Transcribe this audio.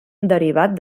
derivat